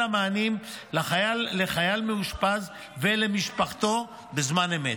המענים לחייל מאושפז ולמשפחתו בזמן אמת.